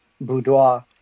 boudoir